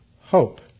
hope